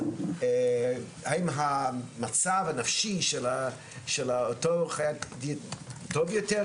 האם המצב הנפשי של אותו עוף טוב יהיה יותר